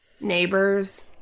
Neighbors